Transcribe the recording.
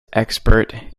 expert